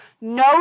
No